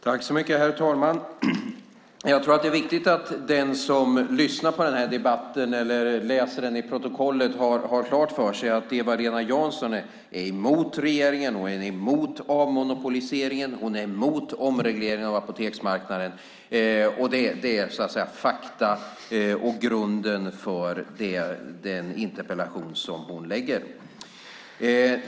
Herr talman! Jag tror att det är viktigt att den som lyssnar på debatten eller läser protokollet har klart för sig att Eva-Lena Jansson är emot regeringen, hon är emot avmonopoliseringen och hon är emot omregleringen av apoteksmarknaden. Det är ett faktum och grunden för den interpellation som hon ställt.